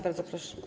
Bardzo proszę.